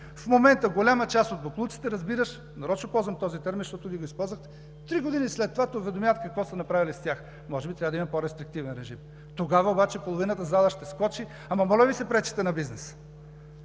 В момента голяма част от боклуците разбираш – нарочно ползвам този термин, защото Вие го използвахте, три години след това те уведомяват какво са направили с тях. Може би трябва да има по-рестриктивен режим. Тогава обаче половината зала ще скочи: ама моля Ви се, пречите на бизнеса.